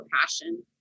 passion